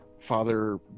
Father